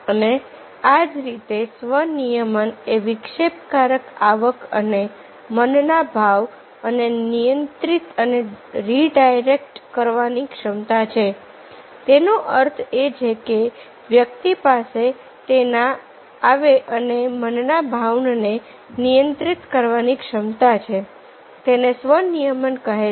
અને આ જ રીતે સ્વ નિયમન એ વિક્ષેપ કારક આવક અને મનના ભાવ ને નિયંત્રિત અને રિડાયરેક્ટ કરવાની ક્ષમતા છે તેનો અર્થ એ છે કે વ્યક્તિ પાસે તેના આવે અને મનના ભાવનાને નિયંત્રિત કરવાની ક્ષમતા છે તેને સ્વ નિયમન કહે છે